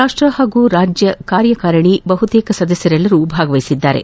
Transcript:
ರಾಷ್ಟ ಹಾಗೂ ರಾಜ್ಯ ಕಾರ್ಯಕಾರಿ ಬಹುತೇಕ ಸದಸ್ಯರೆಲ್ಲರೂ ಭಾಗವಹಿಸಿದ್ದಾರೆ